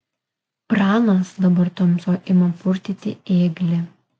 pranas dabar tamsoj ima purtyti ėglį